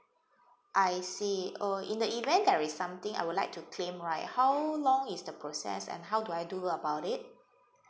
I see oh in the event there is something I would like to claim right how long is the process and how do I do about it